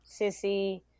sissy